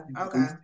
okay